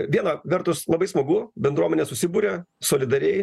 viena vertus labai smagu bendruomenė susiburia solidariai